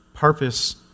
Purpose